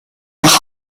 nach